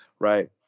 right